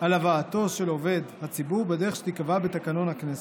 על הבאתו של עובד הציבור בדרך שתיקבע בתקנון הכנסת.